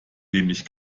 nämlich